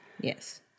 yes